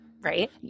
right